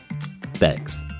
Thanks